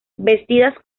vestidas